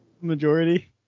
Majority